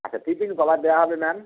আচ্ছা টিফিন কবার দেওয়া হবে ম্যাম